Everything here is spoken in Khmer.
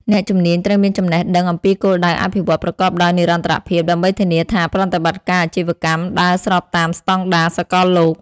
អ្នកជំនាញត្រូវមានចំណេះដឹងអំពីគោលដៅអភិវឌ្ឍន៍ប្រកបដោយនិរន្តរភាព ដើម្បីធានាថាប្រតិបត្តិការអាជីវកម្មដើរស្របតាមស្តង់ដារសកលលោក។